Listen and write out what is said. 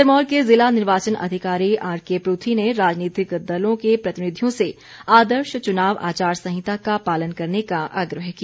सिरमौर के ज़िला निर्वाचन अधिकारी आरके परूथी ने राजनीतिक दलों के प्रतिनिधियों से आर्दश चुनाव आचार संहिता का पालन करने का आग्रह किया